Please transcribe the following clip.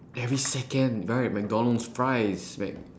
every second right mcdonald's fries